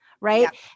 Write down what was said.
Right